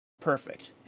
perfect